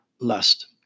lust